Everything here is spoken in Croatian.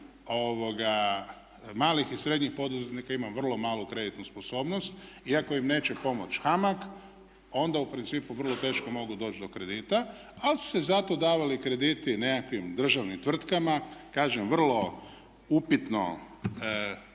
malih i srednjih poduzetnika ima vrlo malu kreditnu sposobnost i ako im neće pomoć HAMAG, onda u principu vrlo teško mogu doći do kredita, ali su se zato davali krediti nekakvim državnim tvrtkama kažem vrlo upitno